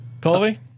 Colby